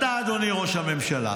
אתה, אדוני ראש הממשלה,